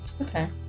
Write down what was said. okay